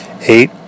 eight